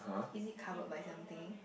is it cover by something